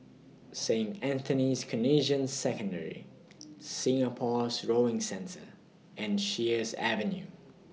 Saint Anthony's Canossian Secondary Singapore's Rowing Centre and Sheares Avenue